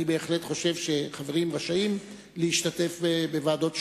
אני בהחלט חושב שחברים רשאים להשתתף בוועדות שונות,